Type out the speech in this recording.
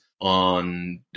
on